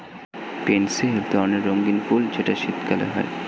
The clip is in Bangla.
পেনসি এক ধরণের রঙ্গীন ফুল যেটা শীতকালে হয়